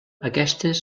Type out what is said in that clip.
aquestes